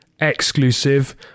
exclusive